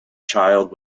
child